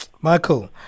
Michael